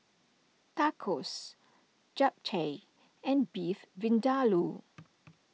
Tacos Japchae and Beef Vindaloo